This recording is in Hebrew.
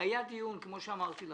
היה דיון, כפי שאמרתי לכם.